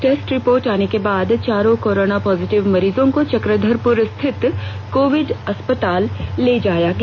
test report आने के बाद चारों कोरोना पॉजिटिव मरीजों को चक्रघरपुर स्थित कोविड अस्पताल ले जाया गया